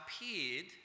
appeared